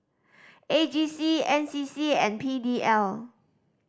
A J C N C C and P D L